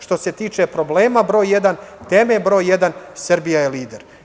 Što se tiče problema broj jedan, teme broj jedan, Srbija je lider.